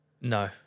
No